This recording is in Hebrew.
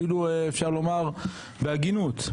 אפילו אפשר לומר בהגינות,